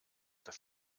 dass